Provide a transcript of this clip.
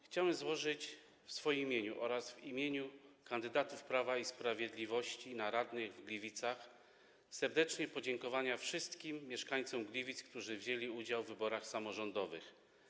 Chciałbym złożyć w swoim imieniu oraz w imieniu kandydatów Prawa i Sprawiedliwości na radnych w Gliwicach serdeczne podziękowania wszystkim mieszkańcom Gliwic, którzy wzięli udział w wyborach samorządowych.